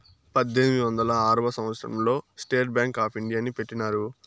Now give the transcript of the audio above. పద్దెనిమిది వందల ఆరవ సంవచ్చరం లో స్టేట్ బ్యాంక్ ఆప్ ఇండియాని పెట్టినారు